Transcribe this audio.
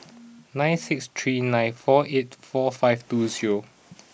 nine six three nine four eight four five two zero